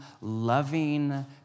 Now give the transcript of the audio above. loving